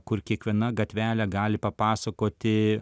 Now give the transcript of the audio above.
kur kiekviena gatvelė gali papasakoti